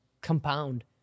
compound